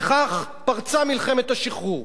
וכך פרצה מלחמת השחרור